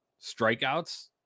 strikeouts